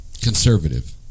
Conservative